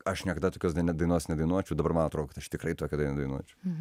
aš niekada tokios dainos nedainuočiau dabar man atrodo kad aš tikrai tokią dainuočiau